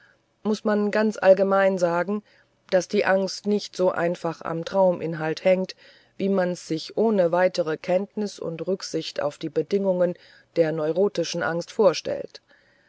muß man ganz allgemein sagen daß die angst nicht so einfach am trauminhalt hängt wie man's sich ohne weitere kenntnis und rücksicht auf die bedingungen der neurotischen angst vorstellt